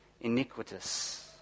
iniquitous